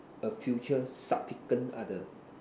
a future subsequent other